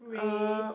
race